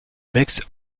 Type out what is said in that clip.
mixed